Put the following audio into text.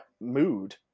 mood